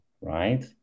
right